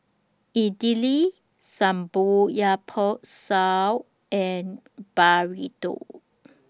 Idili Samgeyopsal and Burrito